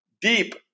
Deep